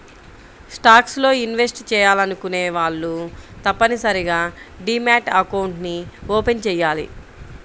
stocks లో invest చెయ్యాలనుకునే వాళ్ళు తప్పనిసరిగా డీమ్యాట్ అకౌంట్ని ఓపెన్ చెయ్యాలి